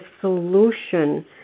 solution